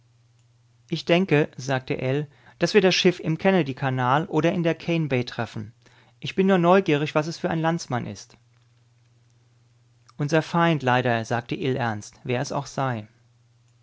ich denke sagte ell daß wir das schiff im kennedy kanal oder in der kane bai treffen ich bin nur neugierig was es für ein landsmann ist unser feind leider sagte ill ernst wer es auch sei